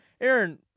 Aaron